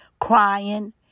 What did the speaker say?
crying